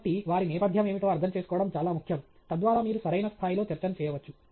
కాబట్టి వారి నేపథ్యం ఏమిటో అర్థం చేసుకోవడం చాలా ముఖ్యం తద్వారా మీరు సరైన స్థాయిలో చర్చను చేయవచ్చు